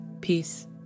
peace